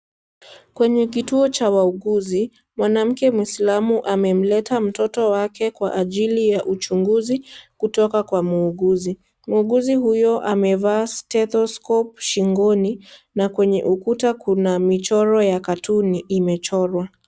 Kwenye kituo cha wauguzi, mwanamke mwislaamu amemleta mtoto wake kwa ajili ya uchunguzi kutoka kwa muuguzi. Muuguzi huyo amevaa (cs)stethoscope(cs) shingoni, na kwenye ukuta kuna michoro ya katuni imechorwa.